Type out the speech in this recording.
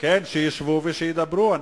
כן שישבו וידברו.